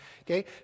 Okay